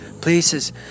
places